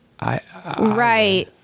Right